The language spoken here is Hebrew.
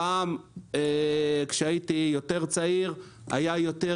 פעם, כשהייתי יותר צעיר היה יותר